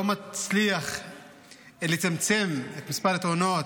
לא מצליח לצמצם את מספר התאונות,